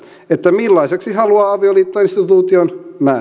millaiseksi haluaa avioliittoinstituution määrittää